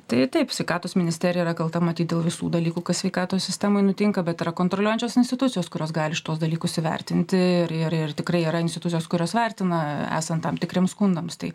tai taip sveikatos ministerija yra kalta matyt dėl visų dalykų kas sveikatos sistemai nutinka bet yra kontroliuojančios institucijos kurios gali šituos dalykus įvertinti ir ir tikrai yra institucijos kurios vertina esant tam tikriems skundams tai